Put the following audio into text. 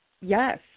yes